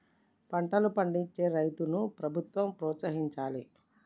పంటలు పండించే రైతులను ప్రభుత్వం ప్రోత్సహించాలి